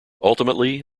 ultimately